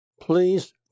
Please